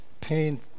pain